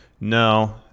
No